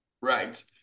Right